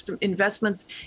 investments